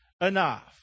enough